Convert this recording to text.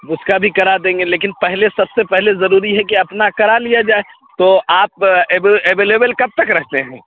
اس کا بھی کرا دیں گے لیکن پہلے سب سے پہلے ضروری ہے کہ اپنا کرا لیا جائے تو آپ ایبولیبل کب تک رہتے ہیں